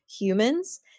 humans